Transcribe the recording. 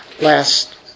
Last